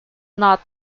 not